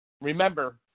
Remember